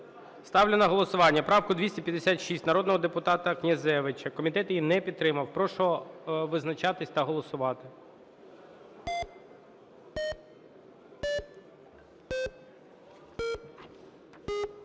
Ставлю на голосування правку 256 народного депутата Князевича. Комітет її не підтримав. Прошу визначатись та голосувати.